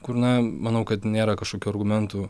kur na manau kad nėra kažkokių argumentų